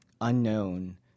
unknown